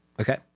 Okay